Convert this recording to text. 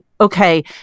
okay